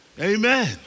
Amen